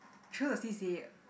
choose the C_C_A